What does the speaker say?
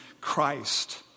Christ